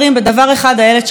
בדבר אחד איילת שקד,